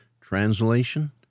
translation